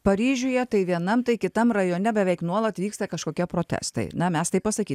paryžiuje tai vienam tai kitam rajone beveik nuolat vyksta kažkokie protestai na mes taip pasakyt